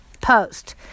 post